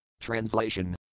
Translation